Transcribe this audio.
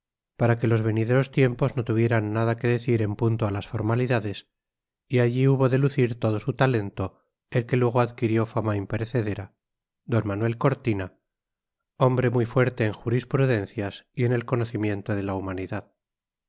para que los venideros tiempos no tuvieran nada que decir en punto a formalidades y allí hubo de lucir todo su talento el que luego adquirió fama imperecedera d manuel cortina hombre muy fuerte en jurisprudencias y en el conocimiento de la humanidad